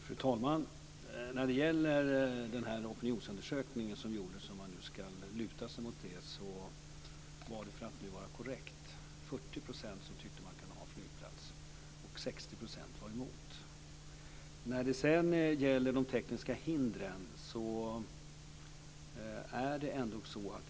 Fru talman! Om man nu ska luta sig mot den här opinionsundersökningen som gjordes var det, för att vara korrekt, 40 % som tyckte att man kunde ha en flygplats här och 60 % som var emot.